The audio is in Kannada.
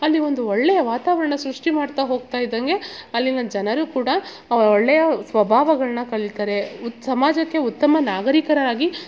ಅಲ್ಲಿ ಒಂದು ಒಳ್ಳೆಯ ವಾತಾವರಣ ಸೃಷ್ಟಿ ಮಾಡ್ತಾ ಹೋಗ್ತಾ ಇದ್ದಂಗೆ ಅಲ್ಲಿನ ಜನರು ಕೂಡ ಆ ಒಳ್ಳೆಯ ಸ್ವಬಾವಗಳನ್ನ ಕಲಿತರೆ ಉತ್ತ ಸಮಾಜಕ್ಕೆ ಉತ್ತಮ ನಾಗರೀಕರಾಗಿ